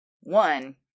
One